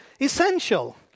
essential